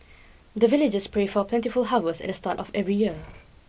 the villagers pray for plentiful harvest at the start of every year